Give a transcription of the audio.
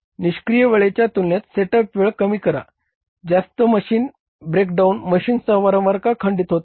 निष्क्रिय वेळेच्या तुलनेत सेटअप वेळ कमी करा जास्त मशीन ब्रेकडाउन मशीन्स वारंवार का खंडित होतात